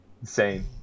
Insane